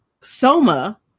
Soma